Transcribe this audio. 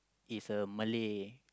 is a Malay